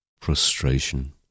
frustration